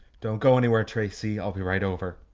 don't go anywhere tracy i'll be right over.